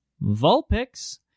Vulpix